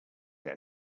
had